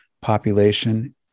population